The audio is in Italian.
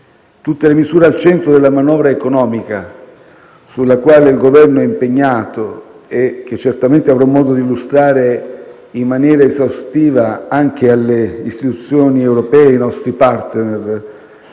Tutte le misure al centro della manovra economica, sulla quale il Governo è impegnato e che certamente avrò modo di illustrare in maniera esaustiva anche alle istituzioni europee, ai nostri *partner*